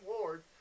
Ward